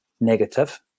negative